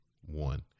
One